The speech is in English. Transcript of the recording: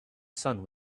sun